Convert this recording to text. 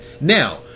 Now